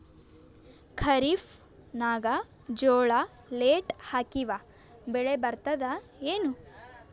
ಖರೀಫ್ ನಾಗ ಜೋಳ ಲೇಟ್ ಹಾಕಿವ ಬೆಳೆ ಬರತದ ಏನು?